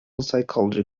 psychology